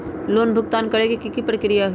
Loan भुगतान करे के की की प्रक्रिया होई?